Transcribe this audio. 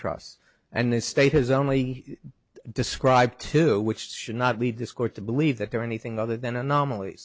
trusts and the state has only described two which should not lead this court to believe that they're anything other than anomal